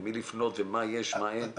למי לפנות ומה יש ומה אין.